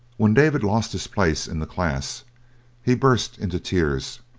when david lost his place in the class he burst into tears,